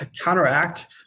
counteract